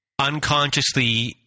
unconsciously